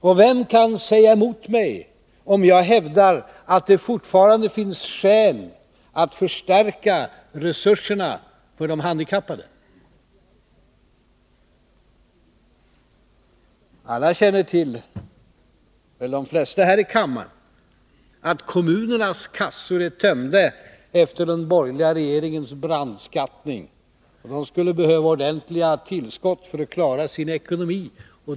Och vem kan säga emot mig, om jag hävdar att det fortfarande finns skäl att förstärka resurserna till de handikappade? Alla känner till — åtminstone de flesta här i kammaren — att kommunernas kassor är tömda efter den borgerliga regeringens brandskattning. Kommunerna skulle behöva ordentliga tillskott för att klara sin ekonomi.